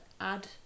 add